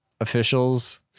officials